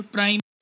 Prime